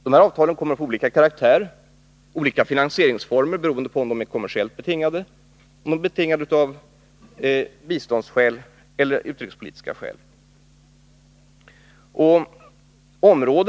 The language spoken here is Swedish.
Dessa avtal kommer att få olika karaktär och olika finansieringsformer, beroende på om de är kommersiellt betingade eller grundas på biståndsskäl eller utrikespolitiska skäl.